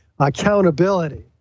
accountability